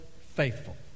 faithful